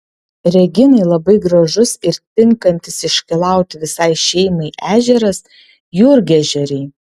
reginai labai gražus ir tinkantis iškylauti visai šeimai ežeras jurgežeriai